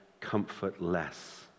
comfortless